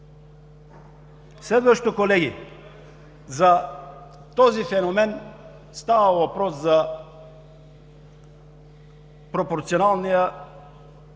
Следващото, колеги, за този феномен става въпрос – за пропорционалната система